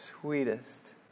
sweetest